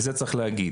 וזה צריך להגיד.